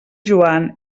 joan